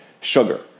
sugar